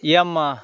Yamaha